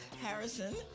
Harrison